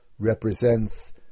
Represents